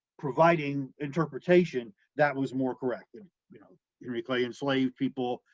providing interpretation that was more correct and you know henry clay enslaved people,